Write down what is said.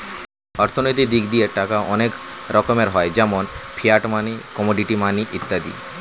অর্থনৈতিক দিক দিয়ে টাকা অনেক রকমের হয় যেমন ফিয়াট মানি, কমোডিটি মানি ইত্যাদি